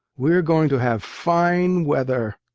we're going to have fine weather.